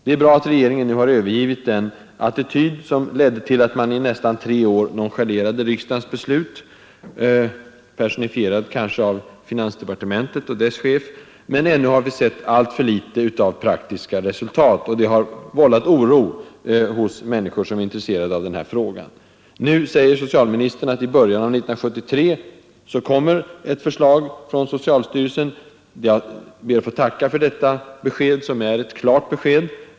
Det är bra att regeringen nu har övergivit den attityd som ledde till att man i nära tre år nonchalerade riksdagens beslut — personifierad kanske av finansdepartementet och dess chef — men ännu har vi sett alltför litet av praktiska resultat, och det har vållat oro hos människor som är intresserade av den här frågan. Nu säger socialministern att ett förslag kommer att läggas fram från socialstyrelsen i början av 1973. Jag ber att få tacka för detta klara besked.